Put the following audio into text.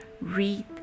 Read